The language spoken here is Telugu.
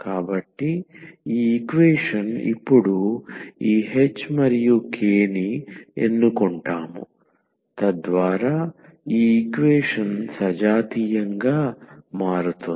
కాబట్టి ఈ ఈక్వేషన్ ఇప్పుడు ఈ h మరియు k ని ఎన్నుకుంటాము తద్వారా ఈ ఈక్వేషన్ సజాతీయంగా మారుతుంది